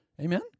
Amen